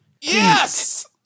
Yes